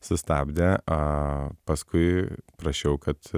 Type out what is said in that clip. sustabdė paskui prašiau kad